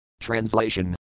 Translation